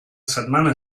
setmana